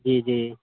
जी जी